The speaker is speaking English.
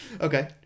Okay